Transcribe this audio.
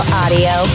audio